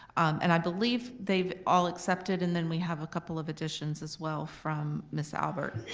and i believe they've all accepted and then we have a couple of additions as well from ms. albert.